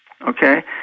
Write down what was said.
okay